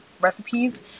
recipes